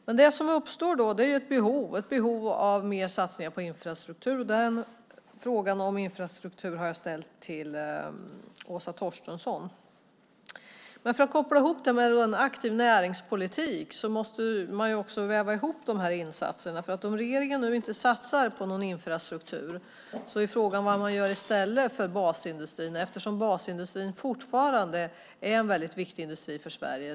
Men då uppstår ett behov av mer satsningar på infrastruktur. Frågan om infrastrukturen har jag ställt till Åsa Torstensson. För att koppla ihop det med en aktiv näringspolitik måste man också väva ihop de här insatserna. Om regeringen inte satsar på någon infrastruktur är frågan vad man gör i stället för basindustrin eftersom basindustrin fortfarande är en väldigt viktig industri för Sverige.